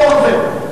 תקרא את אורוול.